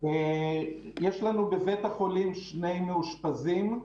יש לנו בבית החולים שני מאושפזים,